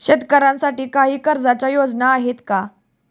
शेतकऱ्यांसाठी काही कर्जाच्या योजना आहेत का?